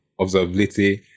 observability